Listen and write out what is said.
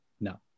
No